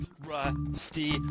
Rusty